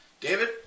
David